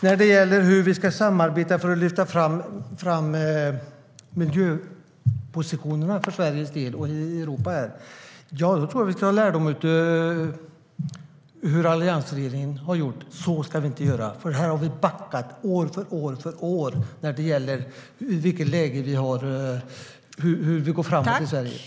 När det gäller hur vi ska samarbeta för att lyfta fram miljöpositionerna i Europa för Sveriges del tror jag att vi ska dra lärdom av hur Alliansen har gjort. Så ska vi inte göra, för vi har backat år för år när det gäller hur vi går framåt i Sverige.